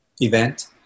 event